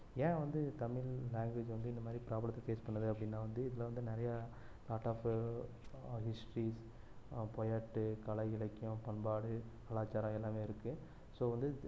ஏன் வந்து தமிழ் லேங்குவேஜ் வந்து இந்த மாதிரி ப்ராப்ளத்தை ஃபேஸ் பண்ணுது அப்படின்னா வந்து இதில் வந்து நிறையா லாட் ஆஃப் ஹிஸ்ட்ரிஸ் பொயட்டு கலை இலக்கியம் பண்பாடு கலாச்சாரம் எல்லாமே இருக்கு ஸோ வந்து இது